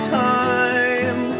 time